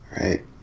right